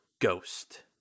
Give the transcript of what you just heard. ghost